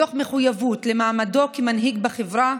מתוך מחויבות למעמדו כמנהיג בחברה,